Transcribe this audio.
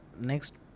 Next